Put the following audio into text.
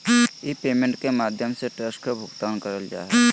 ई payment के माध्यम से टैक्स के भुगतान करल जा हय